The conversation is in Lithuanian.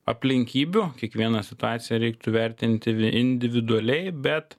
aplinkybių kiekvieną situaciją reiktų vertinti individualiai bet